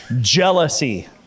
Jealousy